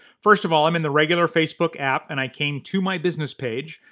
first of all, i'm in the regular facebook app and i came to my business page.